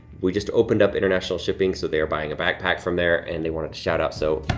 we just opened up international shipping, so they were buying a backpack from there and they wanted to shout-out. so,